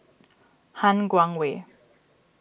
Han Guangwei